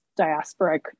diasporic